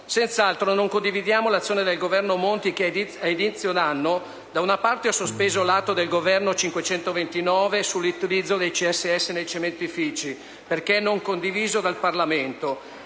Senz'altro non condividiamo l'azione del Governo Monti che, ad inizio anno, da una parte ha sospeso l'Atto del Governo n. 529 sull'utilizzo del CSS nei cementifìci, perché non condiviso dal Parlamento,